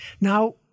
Now